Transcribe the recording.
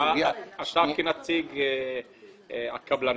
אתה כנציג הקבלנים,